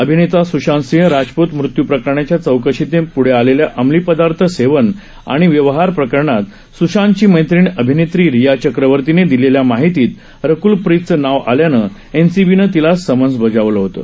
अभिनेता स्शांतसिंह राजपूत मृत्यू प्रकरणाच्या चौकशीतून पुढे आलेल्या अंमली पदार्थ सेवन आणि व्यवहार प्रकरणात स्शांतची मैत्रीण अभिनेत्री रिया चक्रवर्तीने दिलेल्या माहितीत रकुलप्रीतचं नाव आल्यानं एनसीबीने तिला समन बजावलं होतं